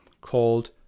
called